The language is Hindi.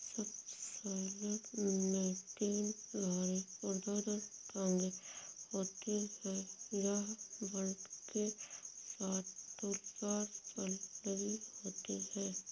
सबसॉइलर में तीन भारी ऊर्ध्वाधर टांगें होती हैं, यह बोल्ट के साथ टूलबार पर लगी होती हैं